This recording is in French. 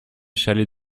chalets